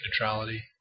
neutrality